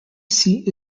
seat